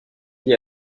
dit